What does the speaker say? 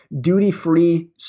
duty-free